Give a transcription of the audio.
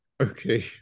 Okay